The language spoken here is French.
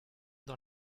dans